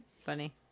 funny